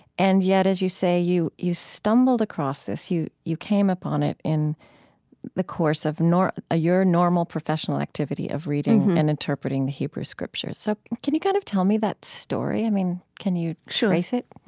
and yet, as you say, you you stumbled across this. you you came up on it in the course of ah your normal professional activity of reading and interpreting the hebrew scriptures. so can you kind of tell me that story? i mean, can you trace it?